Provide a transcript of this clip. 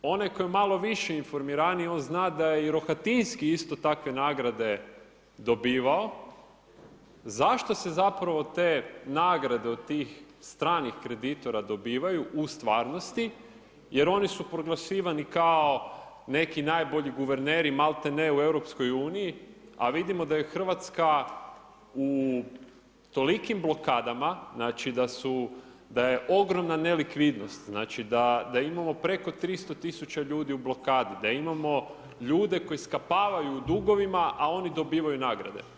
Onaj koji je malo više informiraniji on zna da je i Rohatinski isto takve nagrade dobivao, zašto se zapravo te nagrade od tih stranih kreditora dobivaju u stvarnosti, jer oni su proglašivani kao neki najbolji guverneri, malte ne u EU, a vidimo da je Hrvatska u tolikim blokadama znači da su, da je ogromna nelikvidnost, znači da imamo preko 300 tisuća ljudi u blokadi, da imamo ljude koji skapavaju u dugovima, a oni dobivaju nagrade.